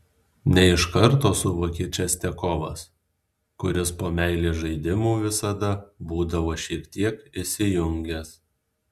ne iš karto suvokė čistiakovas kuris po meilės žaidimų visada būdavo šiek tiek išsijungęs